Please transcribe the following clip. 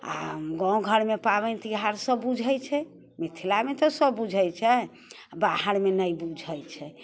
आओर गाँव घरमे पाबनि तिहार सब बुझै छै मिथिलामे तऽ सब बुझै छै बाहरमे नहि बुझै छै